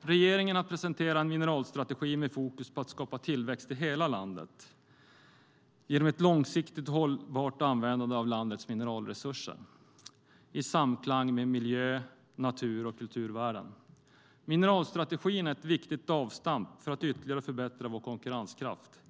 Regeringen har presenterat en mineralstrategi med fokus på att skapa tillväxt i hela landet genom ett långsiktigt och hållbart användande av landets mineralresurser i samklang med miljö-, natur och kulturvärden. Mineralstrategin är ett viktigt avstamp för att ytterliggare förbättra vår konkurrenskraft